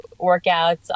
workouts